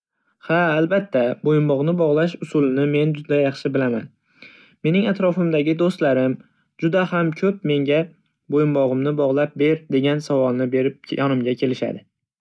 Ha albatta, bo'yinbog'ni bog'lashni usulini men juda yaxshi bilaman. Mening atrofimdagi do'stlarim juda ham ko'p menga bo'yinbog'imni bog'lab ber degan savolni berib yonimga kelishadi.